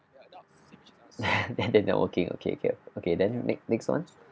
then they're not working okay okay okay then next next one